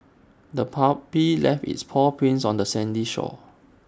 the puppy left its paw prints on the sandy shore